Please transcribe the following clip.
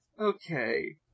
Okay